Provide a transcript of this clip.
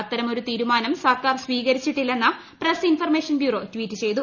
അത്തരമൊരു തീരുമാനം സർക്കാർ സ്വീകരിച്ചിട്ടില്ലെന്ന് പ്രസ് ഇൻഫർമേഷൻ ബ്യൂറോ ട്വീറ്റ് ചെയ്തു